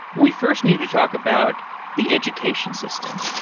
we first need to talk about the education system.